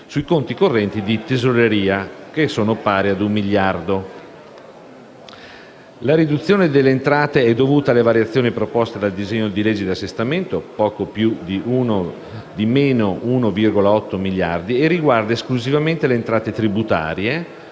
sui conti correnti di Tesoreria (per 1 miliardo). La riduzione delle entrate è dovuta alle variazioni proposte dal disegno di legge di assestamento (poco più di -1,8 miliardi) e riguarda esclusivamente le entrate tributarie